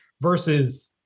versus